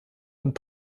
und